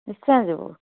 ନିଶ୍ଚୟ ଯିବୁ